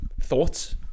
thoughts